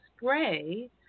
spray